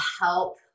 help